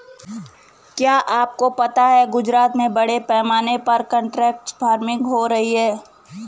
क्या आपको पता है गुजरात में बड़े पैमाने पर कॉन्ट्रैक्ट फार्मिंग हो रही है?